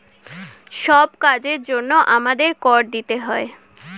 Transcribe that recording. সব কাজের জন্যে আমাদের কর দিতে হয়